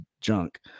junk